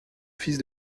fils